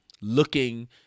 looking